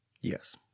Yes